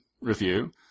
review